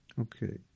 Okay